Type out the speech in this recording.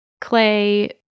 clay